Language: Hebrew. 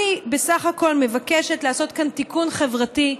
אני בסך הכול מבקשת לעשות כאן תיקון חברתי,